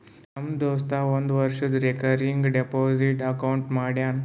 ನಮ್ ದೋಸ್ತ ಒಂದ್ ವರ್ಷದು ರೇಕರಿಂಗ್ ಡೆಪೋಸಿಟ್ ಅಕೌಂಟ್ ಮಾಡ್ಯಾನ